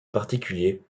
particulier